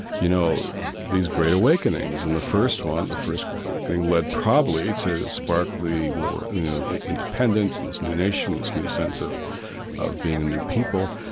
you know, these great awakenings. and the first one, the first great awakening led probably to spark the war, and you know, the independence, and this new nation, this new sense of of being a new people.